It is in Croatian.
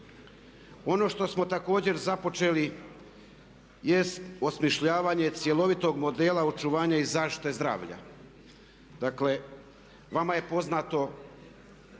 Ono što smo također započeli jest osmišljavanje cjelovitog modela očuvanja i zaštite zdravlja. Dakle vama je poznato